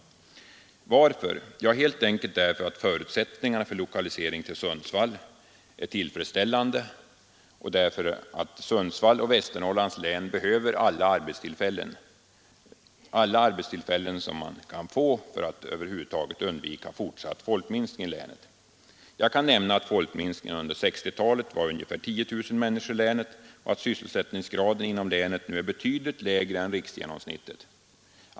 Varför? Ja, helt enkelt därför att förutsättningarna för en lokalisering till Sundsvall är tillfredsställande och därför att Sundsvall och Västernorrlands län behöver alla arbetstillfällen man kan få, för att undvika fortsatt folkminskning i länet. Jag kan nämna att folkminskningen i länet under 1960-talet var ungefär 10 000 människor och att sysselsättningsgraden nu är betydligt lägre än riksgenomsnittet.